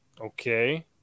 Okay